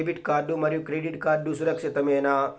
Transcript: Debit card మరియు credit card సురక్షితమేనా?